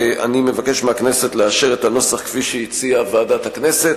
אני מבקש מהכנסת לאשר את הנוסח כפי שהציעה ועדת הכנסת.